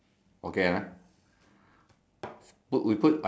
or or rest on or rest on top of the stone that one is the stone